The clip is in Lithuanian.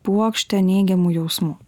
puokštę neigiamų jausmų